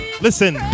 Listen